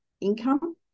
income